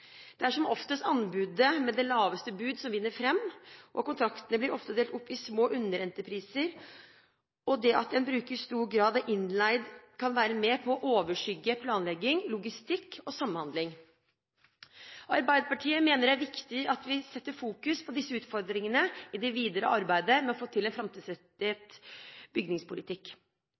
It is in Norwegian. Det er som oftest anbudet med det laveste budet som vinner fram. Kontraktene blir ofte delt opp i små underentrepriser, og at det at en bruker stor grad av innleie, kan være med og overskygge god planlegging, logistikk og samhandling. Arbeiderpartiet mener det er viktig at vi setter fokus på disse utfordringene i det videre arbeidet med å få til en framtidsrettet bygningspolitikk.